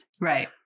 right